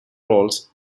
roles